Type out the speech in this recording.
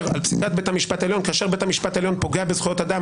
על פסיקת בית המשפט העליון כאשר בית המשפט העליון פוגע בזכויות אדם